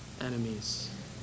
enemies